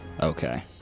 Okay